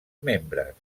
membres